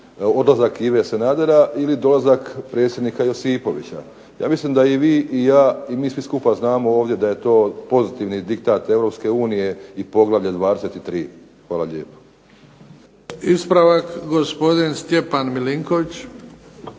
odlazak Ive Sanadera ili dolazak predsjednika Josipovića. Ja mislim da i vi i ja i mi svi skupa znamo ovdje da je to pozitivan diktat Europske unije i poglavlja 23. Hvala lijepo. **Bebić, Luka (HDZ)** Ispravak, gospodin Stjepan Milinković.